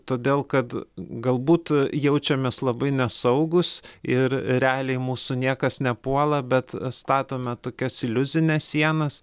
todėl kad galbūt jaučiamės labai nesaugūs ir realiai mūsų niekas nepuola bet statome tokias iliuzines sienas